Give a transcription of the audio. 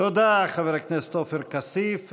תודה, חבר הכנסת עופר כסיף.